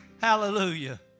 Hallelujah